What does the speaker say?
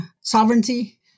sovereignty